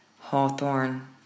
hawthorn